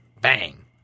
bang